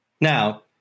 Now